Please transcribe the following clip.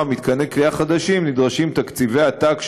מתקני כליאה חדשים נדרשים תקציבי עתק,